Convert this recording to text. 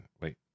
Wait